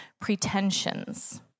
pretensions